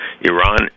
Iran